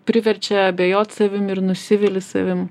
priverčia abejot savim ir nusivili savim